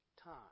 time